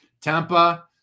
Tampa